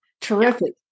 Terrific